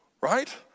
right